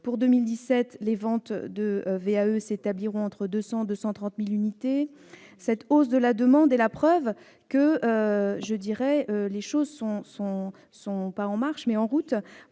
Pour 2017, les ventes de VAE s'établiront entre 200 000 et 230 000 unités. Cette hausse de la demande est la preuve que nous sommes non pas en marche, mais en route,